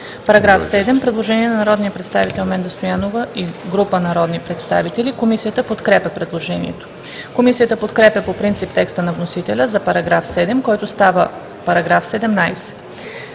направено предложение от народния представител Менда Стоянова и група народни представители. Комисията подкрепя предложението. Комисията подкрепя по принцип текста на вносителя за § 7, който става § 17: „§ 17.